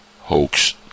hoax